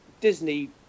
Disney